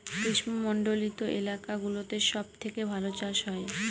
গ্রীষ্মমন্ডলীত এলাকা গুলোতে সব থেকে ভালো চাষ করা হয়